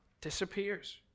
disappears